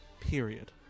Period